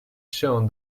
shown